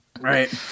Right